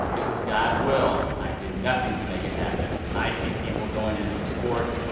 it was god's will. i did nothing to make it happen. i see people going in for sports,